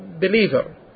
believer